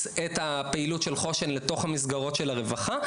את פעילות של חוש"ן לתוך המסגרות של הרווחה.